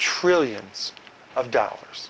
trillions of dollars